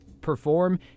perform